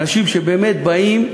אנשים שבאמת באים,